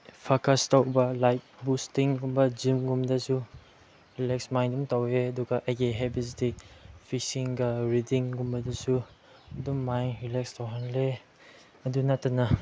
focus ꯇꯧꯕ like ꯕꯨꯁꯇꯤꯡꯒꯨꯝꯕ ꯖꯤꯝꯒꯨꯝꯕꯗꯁꯨ ꯔꯤꯂꯦꯛꯁ ꯃꯥꯏꯟ ꯑꯗꯨꯝ ꯇꯧꯋꯦ ꯑꯗꯨꯒ ꯑꯩꯒꯤ ꯍꯦꯕꯤꯠꯁꯇꯤ ꯐꯤꯁꯤꯡꯒ ꯔꯤꯗꯤꯡꯒꯨꯝꯕꯗꯁꯨ ꯑꯗꯨꯝ ꯃꯥꯏꯟ ꯔꯤꯂꯦꯛꯁ ꯇꯧꯍꯜꯂꯦ ꯑꯗꯨ ꯅꯠꯇꯅ